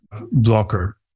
blocker